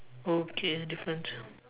okay difference